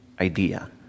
idea